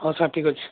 ହଁ ସାର୍ ଠିକ୍ ଅଛି